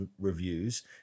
reviews